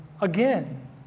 again